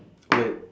wait